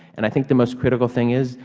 and i think the most critical thing is,